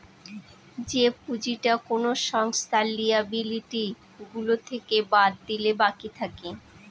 যে পুঁজিটা কোনো সংস্থার লিয়াবিলিটি গুলো থেকে বাদ দিলে বাকি থাকে